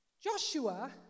Joshua